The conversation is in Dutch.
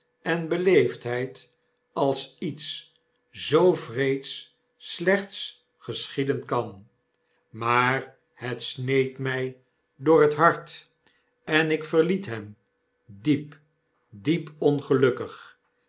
en beleefdheid als iets zoo wreeds slechts geschieden kan maar het sneed my door het hart en ik verliet hem diep diep ongelukkig